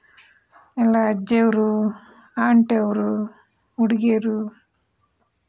ಎಲ್ಲ ಅಜ್ಜಿಯವರು ಆಂಟಿಯವರು ಹುಡುಗಿಯರು